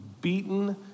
beaten